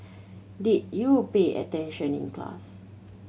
did you pay attention in class